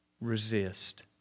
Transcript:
resist